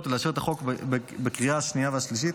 ולאשר את הצעת החוק בקריאה השנייה והשלישית.